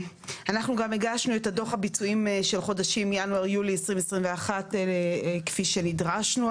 הגשנו את דוח הביצועים של חודשים ינואר-יולי 2021 כפי שנדרשנו,